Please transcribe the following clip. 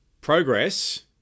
progress